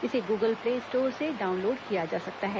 इसे Google Play Store से download किया जा सकता है